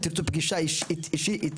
אם תירצו פגישה איתי,